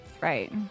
right